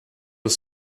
was